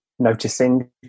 noticing